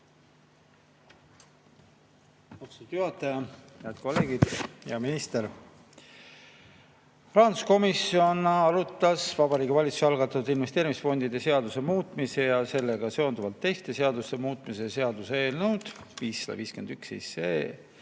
Austatud juhataja! Head kolleegid! Hea minister! Rahanduskomisjon arutas Vabariigi Valitsuse algatatud investeerimisfondide seaduse muutmise ja sellega seonduvalt teiste seaduste muutmise seaduse eelnõu 551